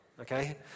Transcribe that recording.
okay